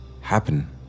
happen